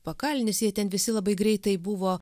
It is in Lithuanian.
pakalnis jie ten visi labai greitai buvo